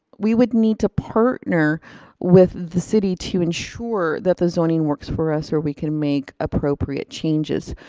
we would need to partner with the city to ensure that the zoning works for us, or we can make appropriate changes.